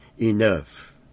enough